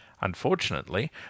Unfortunately